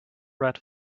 red